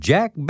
Jack